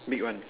big one